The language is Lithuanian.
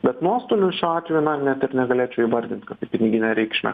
bet nuostolių šiuo atveju na net ir negalėčiau įvardint kad tai pinigine reikšme